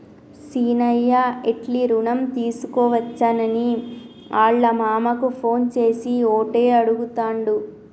సీనయ్య ఎట్లి రుణం తీసుకోవచ్చని ఆళ్ళ మామకు ఫోన్ చేసి ఓటే అడుగుతాండు